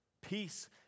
peace